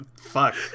Fuck